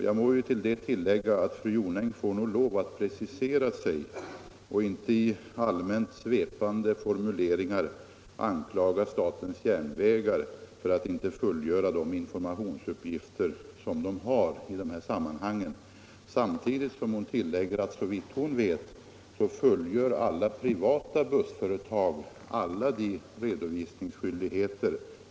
Jag vill tillägga att fru Jonäng nog får lov att precisera sig och inte i allmänt svepande formuleringar anklaga statens järnvägar för att inte fullgöra de informationsuppgifter som företaget har i de här sammanhangen, samtidigt som hon säger att såvitt hon vet fullgör alla privata bussföretag alla redovisningsskyldigheter.